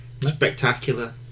spectacular